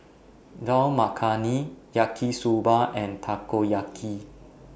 Dal Makhani Yaki Soba and Takoyaki